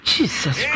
Jesus